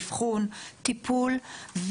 אבחון טיפול,